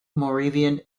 moravian